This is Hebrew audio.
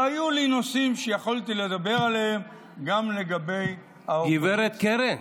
והיו לי נושאים שיכולתי לדבר עליהם גם לגבי האופוזיציה גב' קרן,